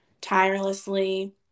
tirelessly